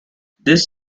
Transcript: this